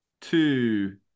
two